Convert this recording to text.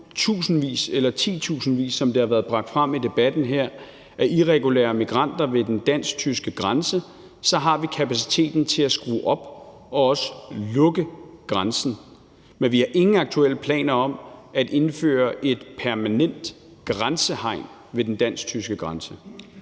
tusindvis eller titusindvis, som det har været bragt frem i debatten her, af irregulære migranter ved den dansk-tyske grænse, så har vi kapaciteten til at skrue op og også lukke grænsen. Men vi har ingen aktuelle planer om at indføre et permanent grænsehegn ved den dansk-tyske grænse.